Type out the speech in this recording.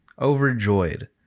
overjoyed